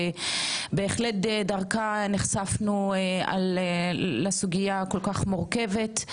ובהחלט דרכה נחשפנו לסוגיה הכול כך מורכבת.